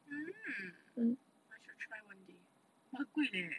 mm I shall try one day !wah! good leh